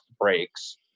breaks